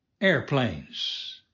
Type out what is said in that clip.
airplanes